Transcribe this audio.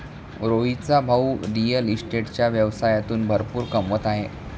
रोहितचा भाऊ रिअल इस्टेटच्या व्यवसायातून भरपूर कमवत आहे